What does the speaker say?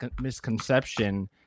misconception